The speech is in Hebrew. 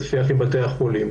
ושיח עם בתי החולים,